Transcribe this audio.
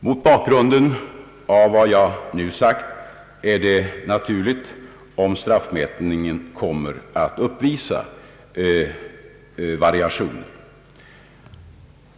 Mot bakgrunden av vad jag nu har sagt är det naturligt om straffmätningen kommer att uppvisa variationer.